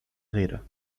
rede